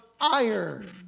iron